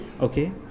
Okay